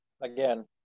again